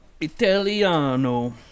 Italiano